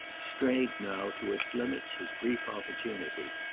strained now to its limits his brief opportunity.